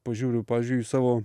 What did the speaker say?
požiūriu pavyzdžiui į savo